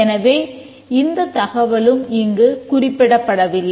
எனவே இந்தத் தகவலும் இங்கு குறிப்பிடப்படவில்லை